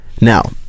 Now